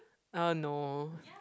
uh no